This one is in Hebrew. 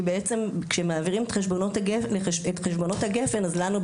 כי כשמעבירים את חשבונות גפ"ן אלינו,